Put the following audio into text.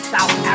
South